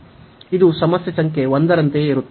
ಇದು ಸಮಸ್ಯೆ ಸಂಖ್ಯೆ 1 ರಂತೆಯೇ ಇರುತ್ತದೆ